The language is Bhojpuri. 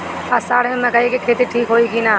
अषाढ़ मे मकई के खेती ठीक होई कि ना?